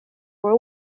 were